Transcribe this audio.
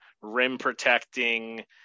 rim-protecting